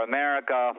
America